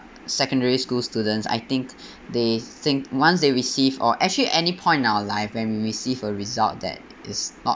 secondary school students I think they think once they receive or actually any point our life when we receive a result that is not